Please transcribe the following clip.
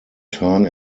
turn